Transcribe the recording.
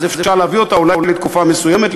אפשר להביא אותה אולי לתקופה מסוימת,